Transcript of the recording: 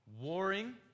warring